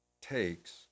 takes